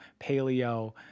paleo